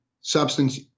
substance